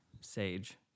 Sage